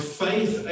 faith